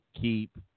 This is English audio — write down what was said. keep